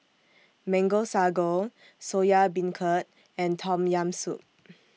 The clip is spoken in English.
Mango Sago Soya Beancurd and Tom Yam Soup